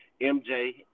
MJ